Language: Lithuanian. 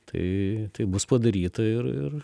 tai tai bus padaryta ir ir